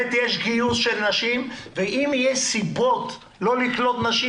יש גיוס של נשים ואם יש סיבות לא לקלוט נשים,